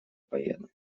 поеду